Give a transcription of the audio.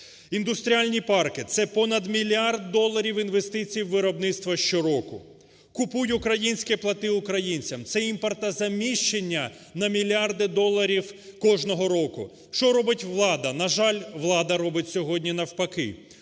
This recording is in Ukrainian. Індустріальні парки – це понад мільярд доларів інвестицій у виробництво щороку. "Купуй українське, плати українцям" – це імпортозаміщення на мільярди доларів кожного року. Що робить влада? На жаль, влада робить сьогодні навпаки.